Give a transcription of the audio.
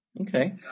Okay